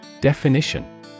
Definition